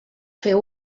fer